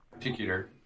particular